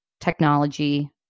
technology